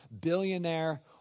billionaire